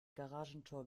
garagentor